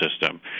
system